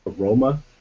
aroma